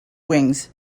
wings